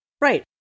Right